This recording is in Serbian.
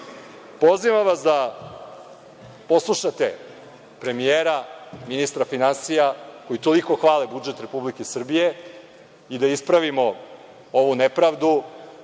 moguće. Pozivam vas da poslušate premijera, ministra finansija koji toliko hvale budžet Republike Srbije i da ispravimo ovu nepravdu